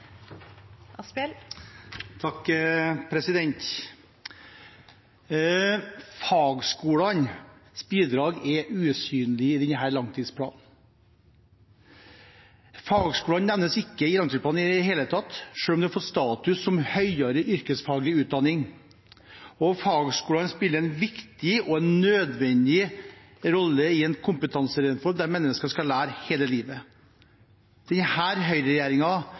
i denne langtidsplanen. Fagskolene nevnes ikke i langtidsplanen i det hele tatt, selv om de har fått status som høyere yrkesfaglig utdanning, og fagskolene spiller en viktig og nødvendig rolle i en kompetansereform der mennesker skal lære hele livet.